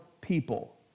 people